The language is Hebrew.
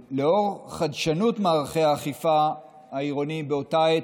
לאור חדשנות מערכי האכיפה העירוניים באותה עת,